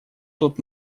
тут